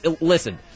Listen